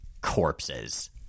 corpses